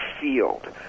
field